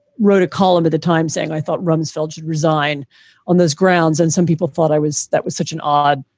wrote a column at the time saying i thought rumsfeld should resign on those grounds and some people thought i was. that was such an odd.